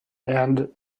and